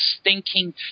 stinking